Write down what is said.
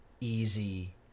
easy